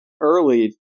early